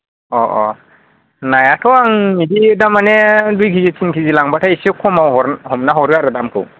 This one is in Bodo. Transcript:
अ अ नायाथ' आं बिदि दामानि दुइ केजि तिन केजि लांब्लाथाय एसे खमाव हर हमना हरो आरो दामखौ